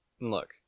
Look